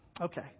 Okay